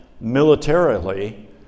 militarily